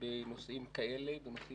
בנושאים כאלה, במקרים